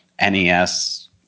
NES